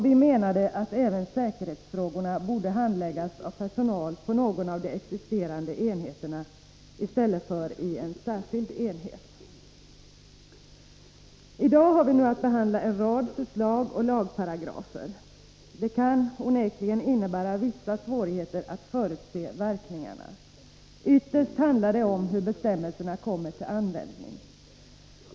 Vi menade även att säkerhetsfrågorna borde handläggas av personal på någon av de existerande enheterna i stället för i en särskild enhet. I dag har vi att behandla en rad förslag och lagparagrafer. Det kan onekligen innebära vissa svårigheter att förutse verkningarna. Ytterst handlar det om hur bestämmelserna kommer till användning.